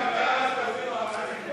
יפה, אזרחי ישראל.